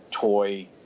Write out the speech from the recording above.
toy